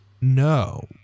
no